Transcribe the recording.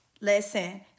Listen